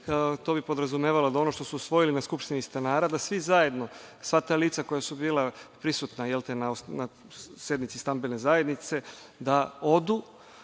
To bi podrazumevalo da ono što su usvojili na skupštini stanara, da svi zajedno, sva ta lica koja su bila prisutna na sednici stambene zajednice, da odu